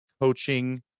coaching